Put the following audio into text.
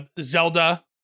Zelda